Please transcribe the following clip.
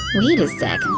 wait a sec,